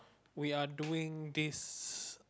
we are doing this